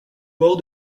bord